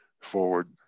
forward